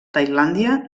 tailàndia